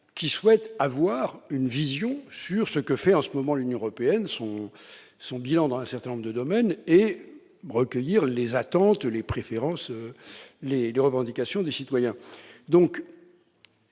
qui souhaitent avoir une vision sur ce que fait en ce moment l'Union européenne, sur son bilan dans un certain nombre de domaines, et ce afin de recueillir les attentes, les préférences, les revendications des citoyens.